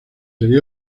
sería